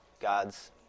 God's